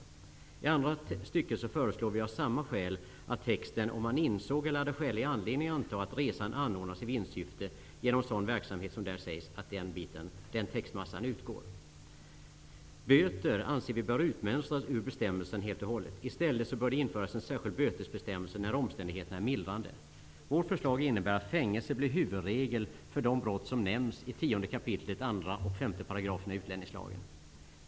I 5 § andra stycket föreslår vi av samma skäl att följande text skall utgå: ''om han insåg eller hade skälig anledning att anta att resan anordnats i vinstsyfte genom sådan verksamhet som där sägs.'' Böter bör helt och hållet utmönstras ur bestämmelsen. I stället bör det införas en särskild bötesbestämmelse när omständigheterna är förmildrande. Vårt förslag innebär att fängelse blir huvudregel för de brott som nämns i 10 kap. 2 och 5 §§ ulänningslagen.